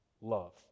love